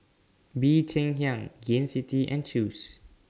Bee Cheng Hiang Gain City and Chew's